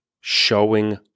showing